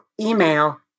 email